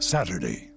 Saturday